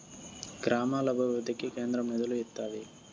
గ్రామాల అభివృద్ధికి కేంద్రం నిధులు ఇత్తాది